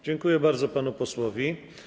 Dziękuję bardzo panu posłowi.